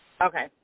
Okay